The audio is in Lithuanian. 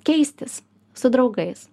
keistis su draugais